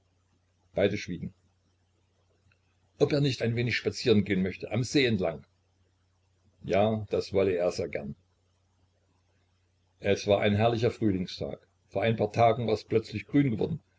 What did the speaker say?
beide schwiegen ob er nicht ein wenig spazieren gehen möchte am see entlang ja das wolle er sehr gern es war ein herrlicher frühlingstag vor ein paar tagen war es plötzlich grün geworden